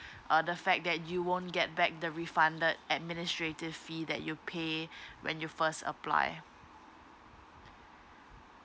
uh the fact that you won't get back the refunded administrative fee that you pay when you first apply